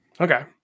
Okay